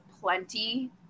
plenty